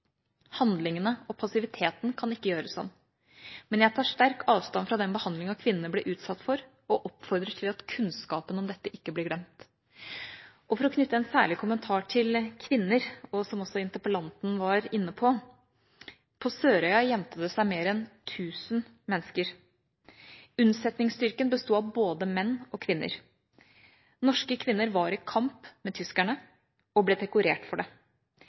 Handlingene og passiviteten kan ikke gjøres om, men jeg tar sterk avstand fra den behandlingen kvinnene ble utsatt for, og oppfordrer til at kunnskapen om dette ikke blir glemt. Og for å knytte en særlig kommentar til kvinner, som også interpellanten var inne på: På Sørøya gjemte det seg mer enn tusen mennesker. Unnsetningsstyrken besto av både menn og kvinner. Norske kvinner var i kamp med tyskerne og ble dekorert for det.